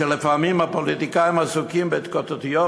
שלפעמים הפוליטיקאים עסוקים בהתקוטטויות